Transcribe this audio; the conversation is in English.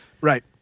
Right